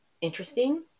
interesting